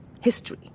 History